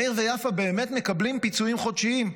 מאיר ויפה באמת מקבלים פיצויים חודשיים.